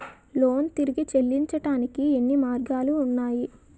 Loan తిరిగి చెల్లించటానికి ఎన్ని మార్గాలు ఉన్నాయి?